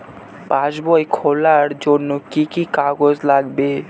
পাসবই খোলার জন্য কি কি কাগজ লাগবে?